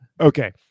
Okay